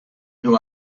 who